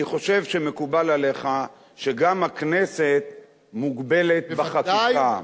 אני חושב שמקובל עליך שגם הכנסת מוגבלת בחקיקה.